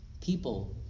People